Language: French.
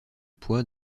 poids